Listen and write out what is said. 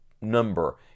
number